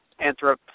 Anthrop